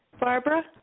Barbara